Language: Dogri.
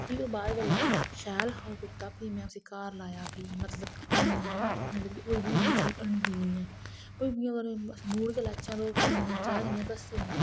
फ्ही ओह् बाद बेल्लै शैल हा ओह् कुर्ता में उसी घर लाया फ्ही मतलब कि इ्न्ना मतलब कि ओह् कोई बी इन्नी चीज हंडदी नेईं ऐ बूट बी लैचै अस ओह् त्रै दिने च घस्सी जंदा